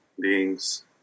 beings